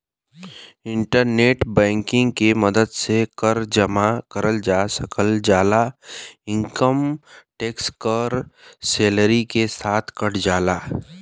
internet banking के मदद से कर जमा करल जा सकल जाला इनकम टैक्स क कर सैलरी के साथ कट जाला